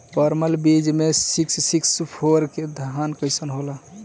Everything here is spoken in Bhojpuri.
परमल बीज मे सिक्स सिक्स फोर के धान कईसन होला?